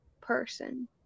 person